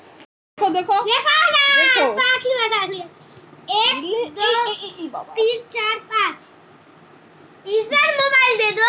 কি কি পদ্ধতিতে পশু পালন করলে স্বাস্থ্যের কোন ক্ষতি হয় না?